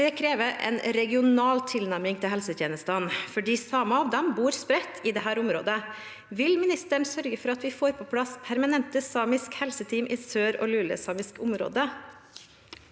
Det krever en regional tilnærming til helsetjenestene, for samer bor spredt i dette området. Vil ministeren sørge for at vi får på plass permanente samiske helseteam i sør- og lulesamiske områder?